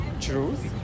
Truth